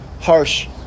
harsh